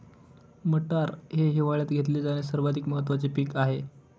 मटार हे हिवाळयात घेतले जाणारे सर्वात महत्त्वाचे पीक आहे